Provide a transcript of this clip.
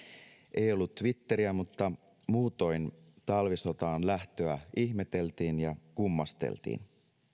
ei ollut twitteriä mutta muutoin talvisotaan lähtöä ihmeteltiin ja kummasteltiin